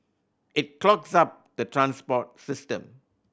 it clogs up the transport system